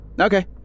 Okay